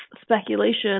speculation